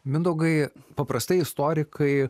mindaugai paprastai istorikai